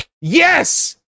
Yes